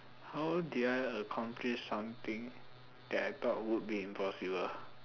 how did I accomplish something that I thought would be impossible